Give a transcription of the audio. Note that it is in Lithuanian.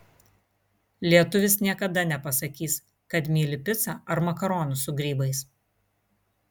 lietuvis niekada nepasakys kad myli picą ar makaronus su grybais